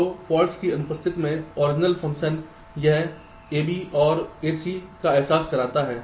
तो फाल्ट की अनुपस्थिति में ओरिजिनल फंक्शन यह ab OR ac का एहसास करता है